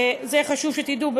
זה חשוב שתדעו,